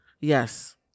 Yes